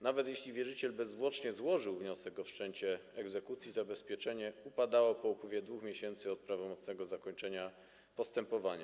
Nawet jeśli wierzyciel bezzwłocznie złożył wniosek o wszczęcie egzekucji, zabezpieczenie upadało po upływie 2 miesięcy od prawomocnego zakończenia postępowania.